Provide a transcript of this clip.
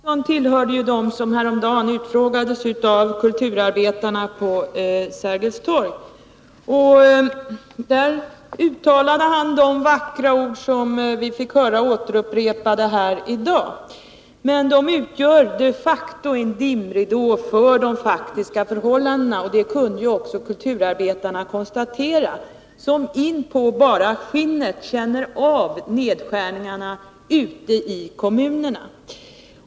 Herr talman! Bertil Hansson tillhörde dem som häromdagen på Sergels torg utfrågades av kulturarbetarna. Där uttalade han samma vackra ord som vi fick höra upprepas här i dag. Men de orden är de facto en dimridå för de faktiska förhållandena, och det kunde också konstateras av kulturarbetarna, som in på bara skinnet känner av nedskärningarna ute i kommunerna.